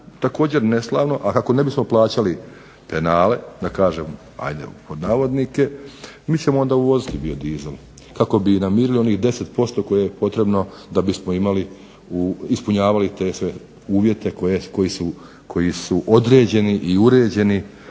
također neslavno, ako ne bismo plaćali penale, da kažem "penale", mi ćemo onda uvoziti bio dizel kako bismo namirili onih 10% kojih je potrebno da bismo ispunjavali sve uvjete koji su određeni i uređeni